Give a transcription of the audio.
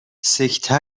سکته